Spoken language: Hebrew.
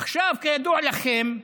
עכשיו, כידוע לכם,